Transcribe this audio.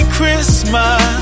Christmas